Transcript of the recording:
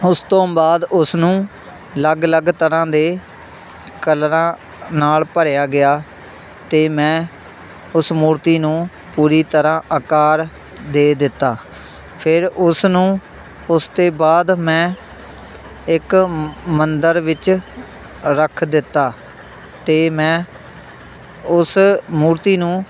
ਉਸ ਤੋਂ ਬਾਅਦ ਉਸ ਨੂੰ ਅਲੱਗ ਅਲੱਗ ਤਰ੍ਹਾਂ ਦੇ ਕਲਰਾਂ ਨਾਲ਼ ਭਰਿਆ ਗਿਆ ਅਤੇ ਮੈਂ ਉਸ ਮੂਰਤੀ ਨੂੰ ਪੂਰੀ ਤਰ੍ਹਾਂ ਆਕਾਰ ਦੇ ਦਿੱਤਾ ਫ਼ਿਰ ਉਸਨੂੰ ਉਸ ਤੋਂ ਬਾਅਦ ਮੈਂ ਇੱਕ ਮੰਦਰ ਵਿੱਚ ਰੱਖ ਦਿੱਤਾ ਅਤੇ ਮੈਂ ਉਸ ਮੂਰਤੀ ਨੂੰ